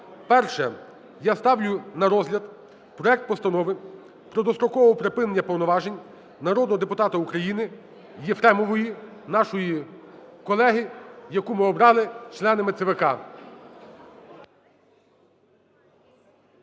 Перше. Я ставлю на розгляд проект Постанови про дострокове припинення повноважень народного депутата України Єфремової нашої колеги, яку ми обрали членом ЦВК.